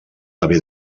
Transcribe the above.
haver